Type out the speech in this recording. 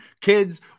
kids